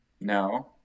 No